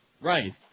Right